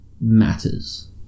matters